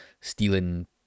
stealing